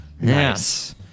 Yes